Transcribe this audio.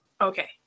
Okay